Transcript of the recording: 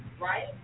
right